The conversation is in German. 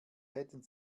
hätten